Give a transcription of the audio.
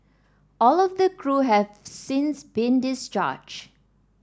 all of the crew have since been discharged